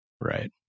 Right